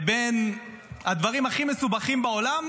בין הדברים הכי מסובכים בעולם